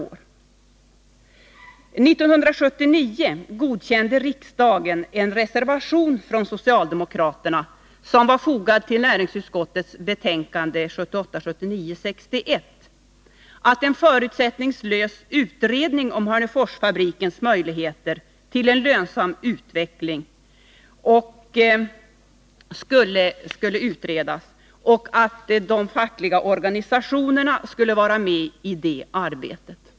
År 1979 godkände riksdagen en reservation från socialdemokraterna, som var fogad till näringsutskottets betänkande 1978/79:61, om att en förutsättningslös utredning om Hörneforsfabrikens möjligheter till en lönsam utveckling skulle genomföras och att de fackliga organisationerna skulle vara med i det arbetet.